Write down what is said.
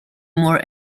more